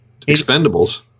Expendables